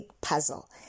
puzzle